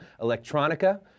Electronica